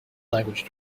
language